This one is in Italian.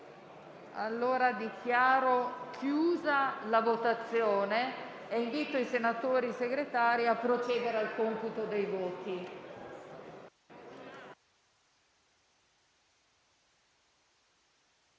Dichiaro chiusa la votazione e invito i senatori Segretari a procedere al computo dei voti.